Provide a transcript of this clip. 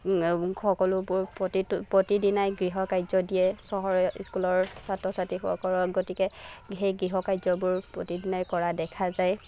সকলোবোৰ প্ৰতিটো প্ৰতিদিনাই গৃহকাৰ্য দিয়ে চহৰৰ স্কুলৰ ছাত্ৰ ছাত্ৰীসকলক গতিকে সেই গৃহকাৰ্যবোৰ প্ৰতিদিনাই কৰা দেখা যায়